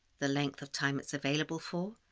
the length of time it's available for,